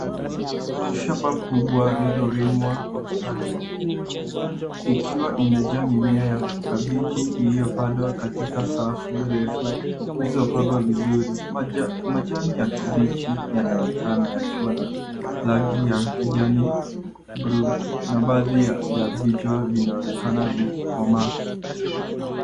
Shamba kubwa lililo limwa kwa ustadi ikiwa imejaa mimea ya kabichi iliyopandwa katika safu refu zilizopangwa vizuri. Majani ya kibichi yanaonekana yakiwa na rangi ya kijani bluu na baadhi ya vichwa vinaonekana vikikomaa.